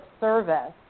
service